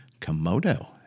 Komodo